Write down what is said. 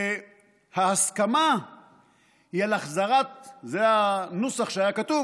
שההסכמה היא על, זה הנוסח שהיה כתוב